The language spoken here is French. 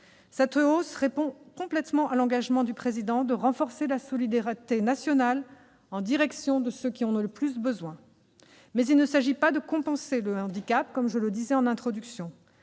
Cette hausse répond à l'engagement du Président de la République de renforcer la solidarité nationale en direction de ceux qui en ont le plus besoin. Mais il ne s'agit pas de compenser le handicap, comme je l'indiquais en introduction,